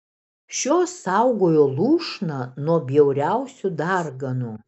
šios saugojo lūšną nuo bjauriausių darganų